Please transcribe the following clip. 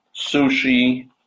sushi